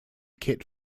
kit